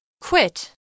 Quit